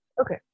Okay